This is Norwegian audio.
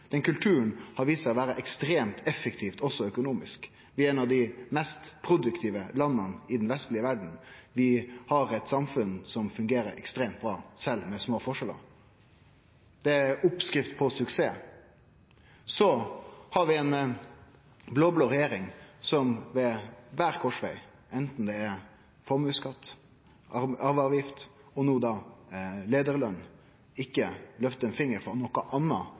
den kulturen har vist seg å vere ekstremt effektiv også økonomisk. Vi er eit av dei mest produktive landa i den vestlege verda. Vi har eit samfunn som fungerer ekstremt bra, sjølv med små forskjellar. Det er oppskrift på suksess. Så har vi ei blå-blå regjering som ved kvar korsveg, anten det er formuesskatt, arveavgift og no da leiarløn, ikkje løftar ein finger for noko anna